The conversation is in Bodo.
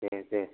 ए दे